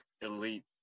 elite